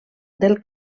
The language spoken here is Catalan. del